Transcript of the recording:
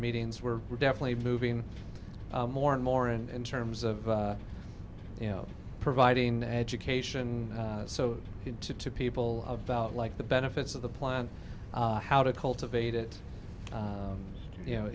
meetings where we're definitely moving more and more in terms of you know providing education so to to people about like the benefits of the plant how to cultivate it you know